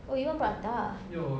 oh you want prata